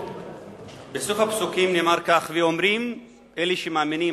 בסוף הפסוקים נאמר כך: ואומרים אלה שמאמינים,